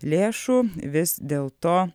lėšų vis dėlto